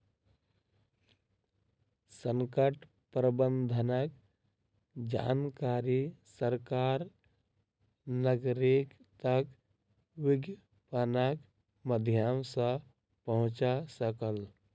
संकट प्रबंधनक जानकारी सरकार नागरिक तक विज्ञापनक माध्यम सॅ पहुंचा सकल